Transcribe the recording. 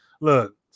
Look